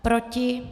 Proti?